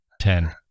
Ten